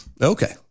Okay